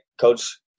Coach